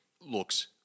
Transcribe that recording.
looks